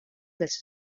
dels